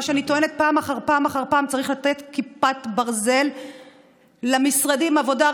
מה שאני טוענת פעם אחר פעם אחר פעם: צריך לתת כיפת ברזל למשרדים עבודה,